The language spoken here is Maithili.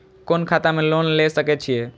कोन खाता में लोन ले सके छिये?